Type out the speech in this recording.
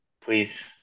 please